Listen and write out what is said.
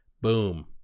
boom